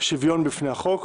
שוויון בפני החוק.